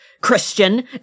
christian